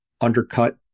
undercut